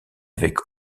avec